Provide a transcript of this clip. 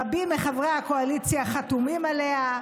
רבים מחברי הקואליציה חתומים עליה,